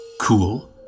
cool